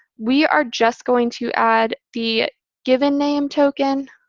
we are just going to add the given name token